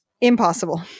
Impossible